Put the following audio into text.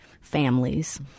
families